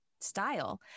style